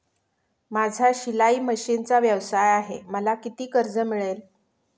माझा शिलाई मशिनचा व्यवसाय आहे मला किती कर्ज मिळेल?